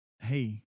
hey